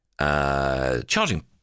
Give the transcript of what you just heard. charging